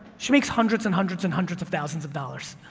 she makes hundreds and hundreds and hundreds of thousands of dollars,